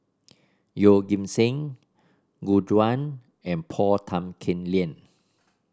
Yeoh Ghim Seng Gu Juan and Paul Tan Kim Liang